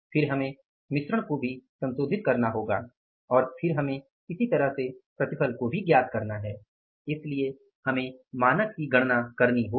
फिर हमें मिश्रण को भी संशोधित करना होगा और फिर हमें इसी तरह से प्रतिफल को भी ज्ञात करना है इसलिए हमें मानक की गणना करनी होगी